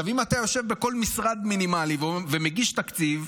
עכשיו, אם אתה יושב בכל משרד מינימלי ומגיש תקציב,